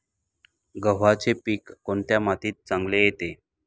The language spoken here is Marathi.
गव्हाचे पीक कोणत्या मातीत चांगले येते?